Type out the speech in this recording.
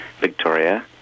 Victoria